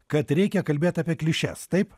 kad reikia kalbėt apie klišes taip